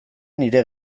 nire